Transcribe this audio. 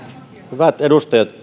hyvät edustajat